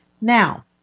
Now